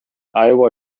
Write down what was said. iowa